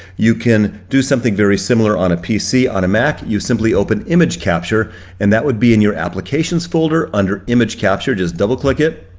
you can do something very similar on a pc on a mac. you simply open image capture and that would be in your applications folder under image capture, just double click it.